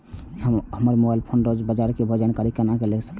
हम mobile phone पर रोज बाजार के भाव के जानकारी केना ले सकलिये?